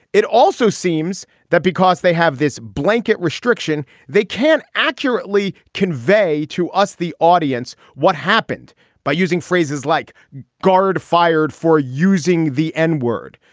it also seems that because they have this blanket restriction they can't accurately convey to us the audience what happened by using phrases like guard fired for using the n-word.